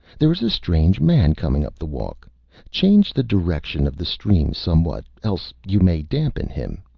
there is a strange man coming up the walk change the direction of the stream somewhat, else you may dampen him.